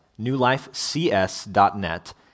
newlifecs.net